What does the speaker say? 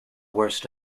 worst